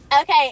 Okay